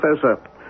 Professor